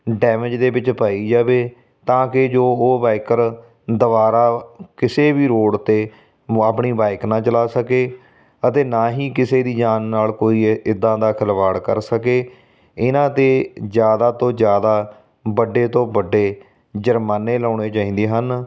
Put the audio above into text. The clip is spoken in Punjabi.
ਡੈਮੇਜ ਦੇ ਵਿੱਚ ਪਾਈ ਜਾਵੇ ਤਾਂ ਕਿ ਜੋ ਉਹ ਬਾਈਕਰ ਦੁਆਰਾ ਕਿਸੇ ਵੀ ਰੋਡ 'ਤੇ ਆਪਣੀ ਬਾਈਕ ਨਾ ਚਲਾ ਸਕੇ ਅਤੇ ਨਾ ਹੀ ਕਿਸੇ ਦੀ ਜਾਨ ਨਾਲ ਕੋਈ ਇੱਦਾਂ ਦਾ ਖਿਲਵਾੜ ਕਰ ਸਕੇ ਇਹਨਾਂ 'ਤੇ ਜ਼ਿਆਦਾ ਤੋਂ ਜ਼ਿਆਦਾ ਵੱਡੇ ਤੋਂ ਵੱਡੇ ਜੁਰਮਾਨੇ ਲਾਉਣੇ ਚਾਹੀਦੇ ਹਨ